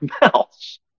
mouths